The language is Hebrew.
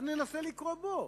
אז ננסה לקרוא בו